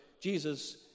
Jesus